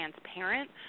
transparent